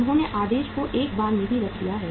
उन्होंने आदेश को एक बार में ही रख दिया है